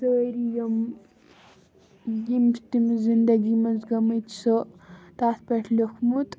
سٲری یِم یِم چھِ تِم زندگی منٛز گٔمٕتۍ سُہ تَتھ پٮ۪ٹھ لیوٚکھمُت